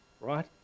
right